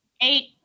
Eight